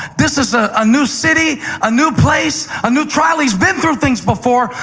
this is ah a new city, a new place, a new trial. he has been through things before,